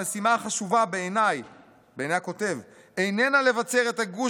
המשימה החשובה" בעיני הכותב "איננה לבצר את הגוש